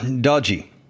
dodgy